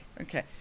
Okay